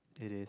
it is